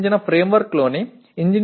இது தொகுதி 1 இன் முடிவு